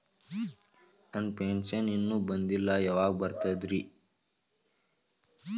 ನನ್ನ ಪೆನ್ಶನ್ ಇನ್ನೂ ಬಂದಿಲ್ಲ ಯಾವಾಗ ಬರ್ತದ್ರಿ?